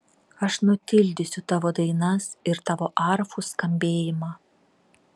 aš nutildysiu tavo dainas ir tavo arfų skambėjimą